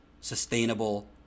sustainable